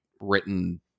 written